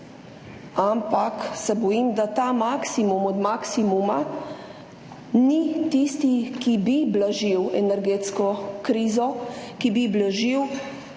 Ampak se bojim, da ta maksimum od maksimuma ni tisti, ki bi blažil energetsko krizo, ki bi blažil